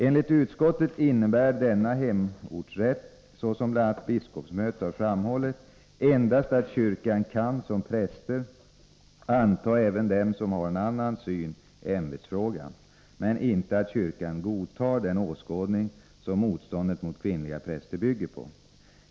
Enligt utskottet innebär denna hemortsrätt —- såsom bl.a. biskopsmötet har framhållit — endast att kyrkan kan som präster anta även dem som har en annan syn i ämbetsfrågan, men inte att kyrkan godtar den åskådning som motståndet mot kvinnliga präster bygger på.